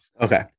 okay